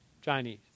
Chinese